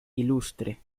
ilustre